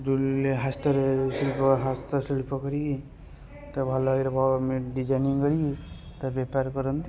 ରୁଲରେ ହାସ୍ତ୍ୟରେ ଶିଳ୍ପ ହାସ୍ତଶିଳ୍ପ କରିକି ତ ଭଲ ଭାବରେ ଭ ମେନ୍ ଡିଜାଇନଂ କରିକି ତା' ବେପାର କରନ୍ତି